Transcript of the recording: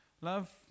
love